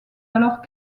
alors